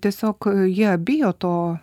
tiesiog jie bijo to